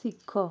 ଶିଖ